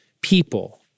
people